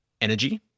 energy